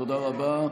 תודה רבה.